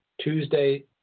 Tuesday